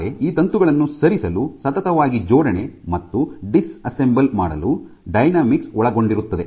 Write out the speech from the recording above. ಆದರೆ ಈ ತಂತುಗಳನ್ನು ಸರಿಸಲು ಸತತವಾಗಿ ಜೋಡಣೆ ಮತ್ತು ಡಿಸ್ಅಸೆಂಬಲ್ ಮಾಡಲು ಡೈನಾಮಿಕ್ಸ್ ಒಳಗೊಂಡಿರುತ್ತದೆ